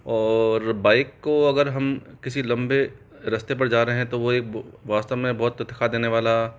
और बाइक को अगर हम किसी लंबे रास्ते पर जा रहे हैं तो वह एक वास्तव में बहुत थका देने वाला